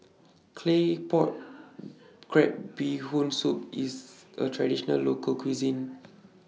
Claypot Crab Bee Hoon Soup IS A Traditional Local Cuisine